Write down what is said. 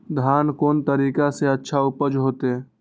धान कोन तरीका से अच्छा उपज होते?